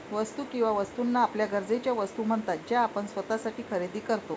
वस्तू किंवा वस्तूंना आपल्या गरजेच्या वस्तू म्हणतात ज्या आपण स्वतःसाठी खरेदी करतो